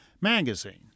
magazine